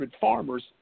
farmers